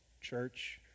church